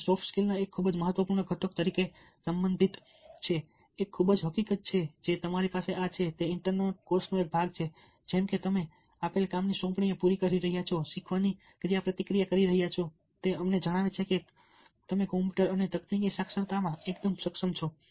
તે સોફ્ટ સ્કિલ્સના એક ખૂબ જ મહત્વપૂર્ણ ઘટક તરીકે સંબંધિત છે એક ખૂબ જ હકીકત જે તમારી પાસે આ છે તે ઇન્ટરનેટ કોર્સનો એક ભાગ છે જેમકે તમને આપેલ કામની સોંપણીઓ પૂર્ણ કરી રહ્યાં છો શીખવાની ક્રિયાપ્રતિક્રિયા કરી રહ્યાં છો તે અમને જણાવે છે કે તમે કમ્પ્યુટર અને તકનીકી સાક્ષરતામાં એકદમ સક્ષમ છો